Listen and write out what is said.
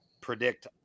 predict